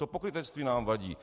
To pokrytectví nám vadí.